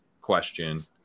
question